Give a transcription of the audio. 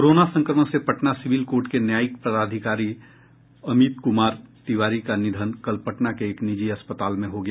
corona संक्रमण से Patna civil court के न्यायिक पदाधिकारी अमित कुमार तिवारी का निधन कल पटना के एक निजी अस्पताल में हो गया